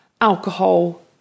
alcohol